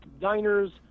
diners